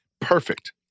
Perfect